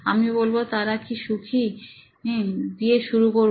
আমি বলবো তাঁরা কি সুখী দিয়ে শুরু করুন